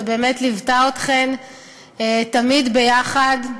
ובאמת ליוותה אתכן תמיד ביחד,